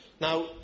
Now